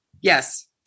Yes